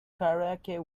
karaoke